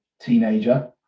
teenager